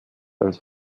als